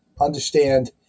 understand